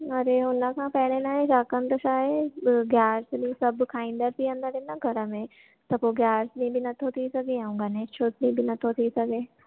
वरी हुनखां पहिरें न आहे छाकणि जो छा आहे ग्यारसि ॾींहुं सभु खाईंदा पीअंदा रहंदा घर में त पोइ ग्यारसि ॾींहं बि नथो थी सघे ऐं गणेश चतुर्थी बि नथो थी सघे